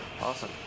Awesome